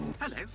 Hello